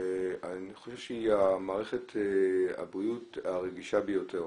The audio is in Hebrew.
אני חושב שהיא המערכת הרגישה ביותר.